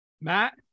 matt